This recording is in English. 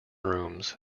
rooms